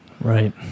Right